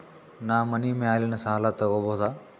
ನಾ ಮನಿ ಮ್ಯಾಲಿನ ಸಾಲ ತಗೋಬಹುದಾ?